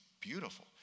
beautiful